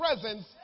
presence